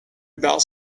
about